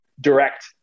direct